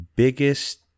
biggest